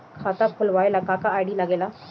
खाता खोलवावे ला का का आई.डी लागेला?